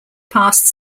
passed